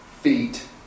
feet